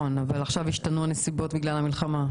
נכון, אבל עכשיו השתנו הנסיבות בעקבות המלחמה.